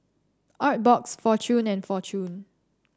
Artbox Fortune and Fortune